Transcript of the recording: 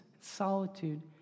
solitude